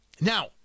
Now